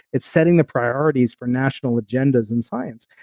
it's setting the priorities for national agendas in science.